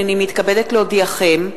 הנני מתכבדת להודיעכם,